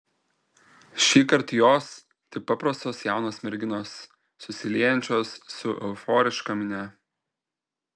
šįkart jos tik paprastos jaunos merginos susiliejančios su euforiška minia